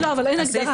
אבל אין הגדרה.